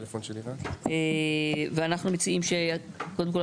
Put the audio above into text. ואנחנו מציעים שקודם כל,